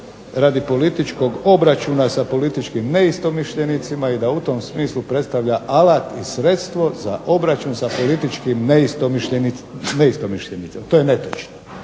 radi političkog obračuna sa političkim neistomišljenicima i da u tom smislu predstavlja alat i sredstvo za obračun sa političkim neistomišljenicima. To je netočno.